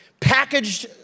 Packaged